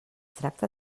tracta